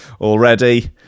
already